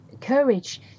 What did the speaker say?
courage